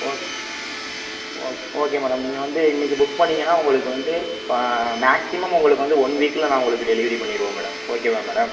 ஓ okay okay madam நீங்கள் வந்து இன்றைக்கு புக் பண்ணிங்கனால் உங்களுக்கு வந்து மேக்சிமம் உங்களுக்கு வந்து ஒன் வீக்கில் நான் உங்களுக்கு டெலிவரி பண்ணிருவேன் மேடம் ஓகேவா மேடம்